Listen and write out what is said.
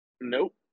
nope